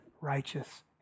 righteous